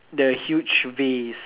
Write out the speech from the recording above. the huge vase